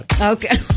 Okay